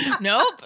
Nope